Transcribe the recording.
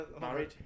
Married